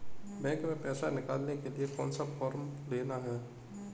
Bank में पैसा निकालने के लिए कौन सा फॉर्म लेना है?